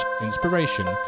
inspiration